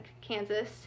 Kansas